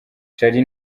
charly